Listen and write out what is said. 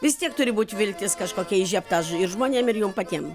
vis tiek turi būti viltis kažkokia įžiebta ir žmonėm ir jum patiem